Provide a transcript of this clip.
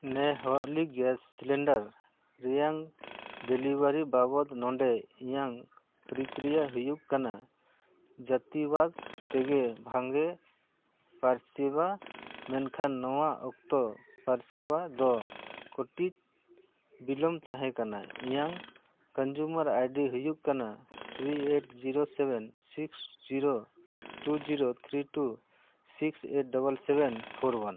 ᱱᱮ ᱦᱚᱣᱞᱤ gas cylinder ᱨᱮᱭᱟᱜ ᱰᱮᱞᱤᱵᱷᱟᱨᱤ ᱵᱟᱵᱚᱫᱽ ᱱᱚᱰᱮ ᱤᱧᱟᱹᱝ ᱯᱚᱠᱨᱤᱭᱟ ᱦᱩᱭᱩᱜ ᱠᱟᱱᱟ ᱡᱟᱹᱛᱤᱵᱟᱫᱽ ᱛᱮᱜᱮ ᱵᱷᱟᱜᱮ ᱯᱚᱨᱤᱥᱮᱵᱟ ᱢᱮᱱᱠᱷᱟᱱ ᱱᱚᱣᱟ ᱚᱠᱛᱚ ᱯᱚᱨᱤᱥᱮᱵᱟ ᱫᱚ ᱠᱟᱴᱤᱡ ᱵᱤᱞᱚᱢ ᱛᱟᱦᱮᱸ ᱠᱟᱱᱟ ᱤᱧᱟᱹᱜ ᱠᱚᱱᱡᱩᱢᱟᱨ ᱟᱭᱰᱤ ᱦᱩᱭᱩᱜ ᱠᱟᱱᱟ three eight zero seven six zero two zero three two six eight double seven four one